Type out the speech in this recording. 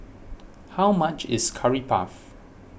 how much is Curry Puff